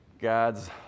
God's